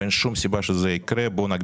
אין שום סיבה שזה יקרה ולכן אני מציע